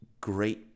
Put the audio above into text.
great